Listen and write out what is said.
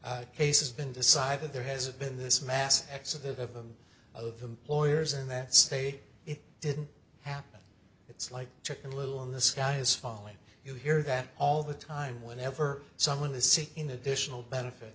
case has been decided there has been this mass exodus of them of employers in that state it didn't happen it's like chicken little in the sky is falling you hear that all the time whenever someone is seeking additional benefit